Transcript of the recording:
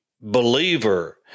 believer